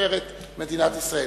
לתפארת מדינת ישראל.